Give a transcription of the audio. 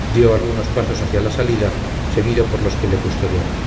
dio algunos pasos hacia la salida seguido por los que le custodiaban